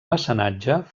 mecenatge